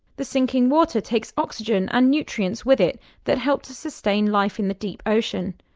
the sinking water takes oxygen and nutrients with it that help to sustain life in the deep ocean.